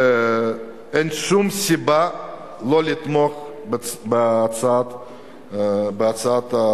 ואין שום סיבה לא לתמוך בהצעת החוק.